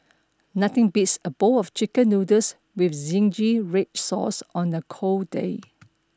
nothing beats a bowl of chicken noodles with zingy red sauce on a cold day